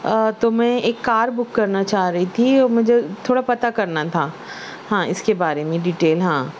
تو میں ایک کار بک کرنا چاہ رہی تھی مجھے تھوڑا پتا کرنا تھا ہاں اس کے بارے میں ڈیٹیل ہاں